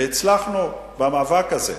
הצלחנו במאבק הזה.